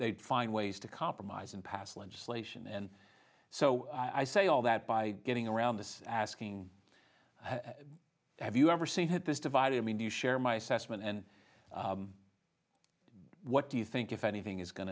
they find ways to compromise and pass legislation and so i say all that by getting around this asking have you ever seen had this divided i mean do you share my assessment and what do you think if anything is going